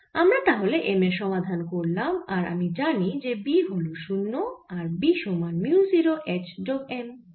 আমরা তাহলে M এর সমাধান করলাম আর আমি জানি যে B হল 0 আবার B সমান মিউ 0 H যোগ M